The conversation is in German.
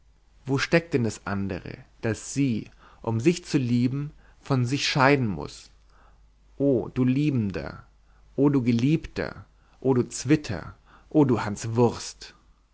wo steckt denn das andere das sie um sich zu lieben von sich scheiden muß o du liebender o du geliebter o du zwitter o du hanswurst